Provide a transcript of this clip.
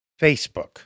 Facebook